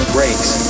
Brakes